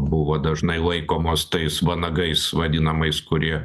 buvo dažnai laikomos tais vanagais vadinamais kurie